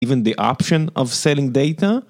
Even the option of selling data